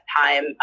time